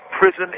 prison